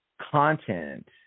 content